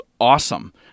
awesome